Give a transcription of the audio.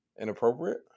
inappropriate